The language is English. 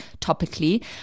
topically